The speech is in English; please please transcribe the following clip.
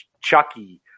Chucky